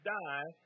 die